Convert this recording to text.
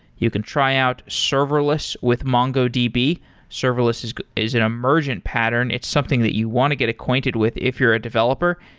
you can try out serverless with mongodb. serverless is is an emergent pattern. it's something that you want to get acquainted with if you're a developer,